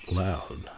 loud